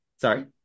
sorry